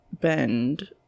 bend